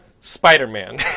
Spider-Man